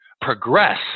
progress